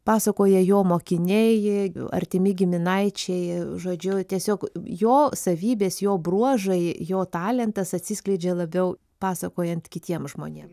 pasakoja jo mokiniai artimi giminaičiai žodžiu tiesiog jo savybės jo bruožai jo talentas atsiskleidžia labiau pasakojant kitiems žmonėm